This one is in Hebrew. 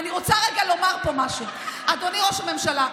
אני רוצה רגע לומר פה משהו: אדוני ראש הממשלה,